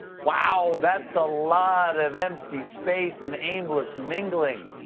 wow! that's a lot of empty space and aimless mingling.